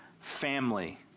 family